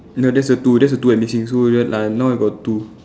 no that's the two that's the two I'm missing so ya like now I got two